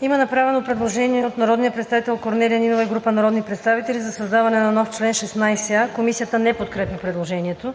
Има направено предложение от народния представител Корнелия Нинова и група народни представители за създаване на нов член 16а. Комисията не подкрепя предложението.